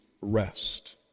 rest